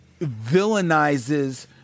villainizes